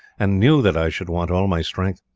and knew that i should want all my strength.